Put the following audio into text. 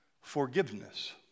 Forgiveness